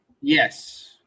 Yes